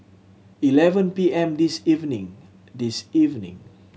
eleven P M this evening this evening